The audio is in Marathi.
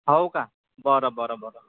हो का बरं बरं बरं